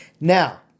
Now